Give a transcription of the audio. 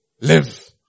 live